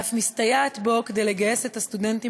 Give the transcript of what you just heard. ואף מסתייעת בו כדי לגייס את הסטודנטים